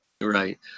Right